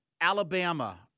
Alabama